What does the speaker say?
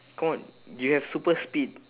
come on you have super speed